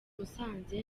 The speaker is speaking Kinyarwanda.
musanze